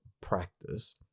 practice